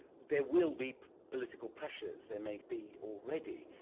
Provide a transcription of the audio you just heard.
there will be political pressures, there may be already.